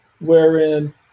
wherein